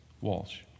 Walsh